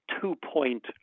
two-point